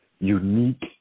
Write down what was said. unique